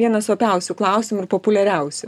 vienas opiausių klausimų ir populiariausių